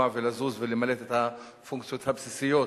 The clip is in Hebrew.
ולזוז ולמלא את הפונקציות הבסיסיות,